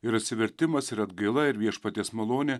ir atsivertimas ir atgaila ir viešpaties malonė